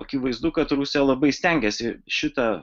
akivaizdu kad rusija labai stengiasi šitą